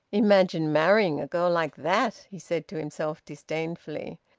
imagine marrying a girl like that! he said to himself disdainfully.